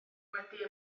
wedi